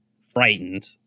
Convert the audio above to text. frightened